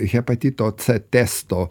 hepatito c testo